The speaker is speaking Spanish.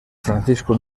francisco